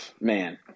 Man